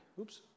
Oops